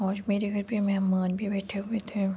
اور میرے گھر پہ مہمان بھی بیٹھے ہوئے تھے